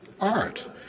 art